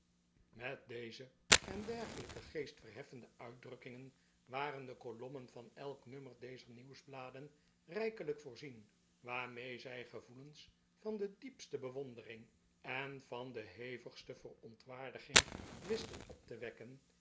met deze en dergelijke geestverheffende uitdrukkingen waren de kolommen van elk nummer dezer nieuwsbladen rijkelijk voorzien waarmee zij gevoelens van de diepste bewondering en van de hevigste verontwaardiging wisten op te wekken